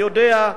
אני יודע,